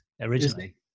originally